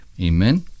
amen